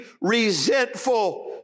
resentful